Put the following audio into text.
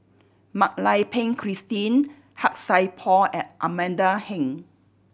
Mak Lai Peng Christine Han Sai Por and Amanda Heng